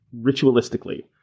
ritualistically